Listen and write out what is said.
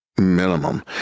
minimum